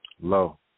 Low